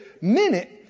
minute